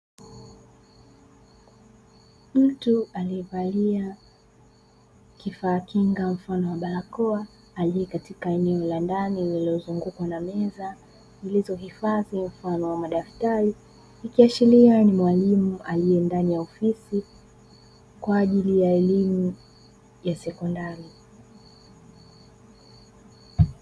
Mtu aliyevalia kifaa kinga mfano wa barakoa aliye katika eneo la ndani lililozungukwa na meza zilizohifadhi mfano wa madaftari, ikiashiria kuwa ni mwalimu aliye ndani ya ofisi kwa ajiii ya elimu ya sekondari.